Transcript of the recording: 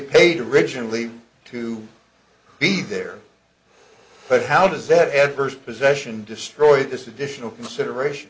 paid originally to be there but how does that adverse possession destroyed this additional consideration